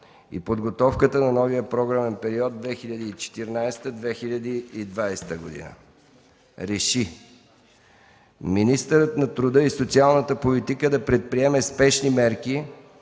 и подготовката на новия програмен период 2014-2020 г. РЕШИ: 1. Министърът на труда и социалната политика да предприеме спешни мерки